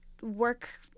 work